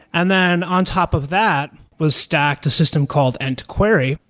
and then on top of that was stacked a system called end query,